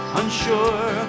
unsure